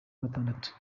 gatandatu